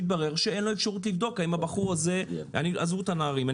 מתברר שאין לו אפשרות לבדוק האם הבחור הזה עזבו את הנערים,